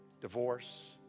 divorce